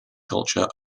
culture